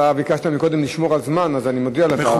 אתה ביקשת קודם לשמור על זמן, אז אני מודיע לך.